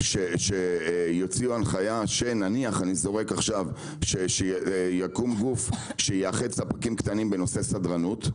הנחיה נניח להקים גוף שיאחד ספקים קטנים בנושא סדרנות,